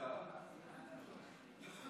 ההצעה